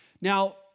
Now